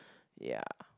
ya